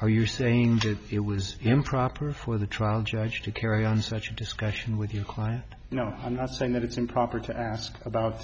are you saying it was improper for the trial judge to carry on such a discussion with you you know i'm not saying that it's improper to ask about